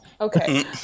okay